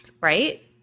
right